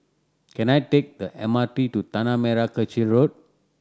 can I take the M R T to Tanah Merah Kechil Road